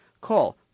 Call